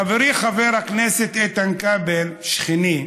חברי חבר הכנסת איתן כבל, שכני,